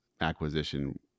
acquisition